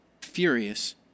furious